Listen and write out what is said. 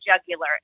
jugular